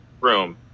room